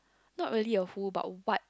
not really a who but what